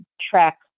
track